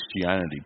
Christianity